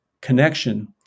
connection